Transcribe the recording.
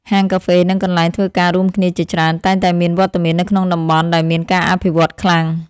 ហាងកាហ្វេ និងកន្លែងធ្វើការរួមគ្នាជាច្រើន តែងតែមានវត្តមាននៅក្នុងតំបន់ដែលមានការអភិវឌ្ឍខ្លាំង។